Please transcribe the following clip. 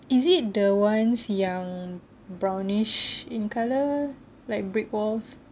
is it the one yang brownish in colour like brick walls